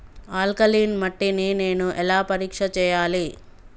Alkaline మట్టి ని నేను ఎలా పరీక్ష చేయాలి?